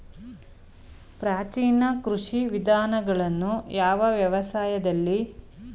ಪ್ರಾಚೀನ ಕೃಷಿ ವಿಧಾನಗಳನ್ನು ಯಾವ ವ್ಯವಸಾಯದಲ್ಲಿ ಬಳಸುವರು?